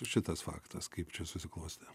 šitas faktas kaip čia susiklostė